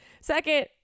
second